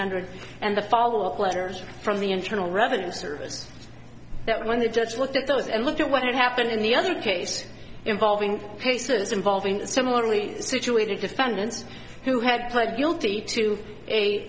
hundred and the follow up letters from the internal revenue service that when the judge looked at those and looked at what had happened in the other case involving pieces involving similarly situated defendants who had pled guilty to a